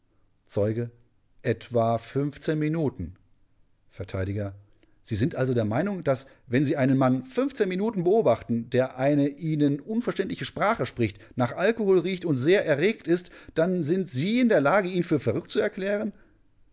zeuge etwa minuten vert sie sind also der meinung daß wenn sie einen mann minuten beobachten der eine ihnen unverständliche sprache spricht nach alkohol riecht und sehr erregt ist dann sind sie in der lage ihn für verrückt zu erklären